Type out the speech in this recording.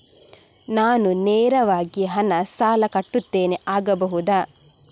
ನಾನು ನೇರವಾಗಿ ಹಣ ಸಾಲ ಕಟ್ಟುತ್ತೇನೆ ಆಗಬಹುದ?